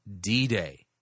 D-Day